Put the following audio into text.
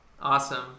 Awesome